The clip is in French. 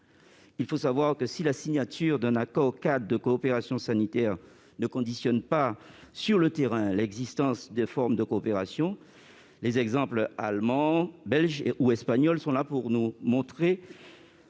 d'outre-mer. Si la signature d'un accord-cadre de coopération sanitaire ne conditionne pas, sur le terrain, l'existence de formes de coopération, les exemples allemands, belges, ou espagnols sont là pour nous montrer